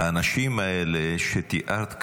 האנשים האלה שתיארת כאן,